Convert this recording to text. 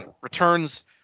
returns